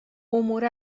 امور